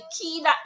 key